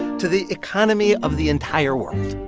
to the economy of the entire world